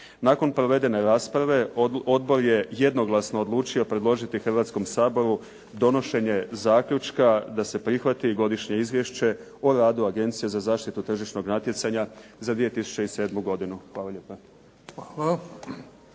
Nakon provedene rasprave, odbor je jednoglasno odlučio predložiti Hrvatskom saboru donošenje zaključka da se prihvati Godišnje izvješće o radu Agencije za zaštitu tržišnog natjecanja za 2007. godinu. Hvala